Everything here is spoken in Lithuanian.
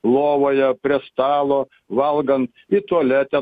lovoje prie stalo valgant i tualete